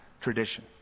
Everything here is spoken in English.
tradition